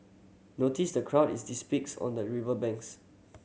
notice the crowd it on the river banks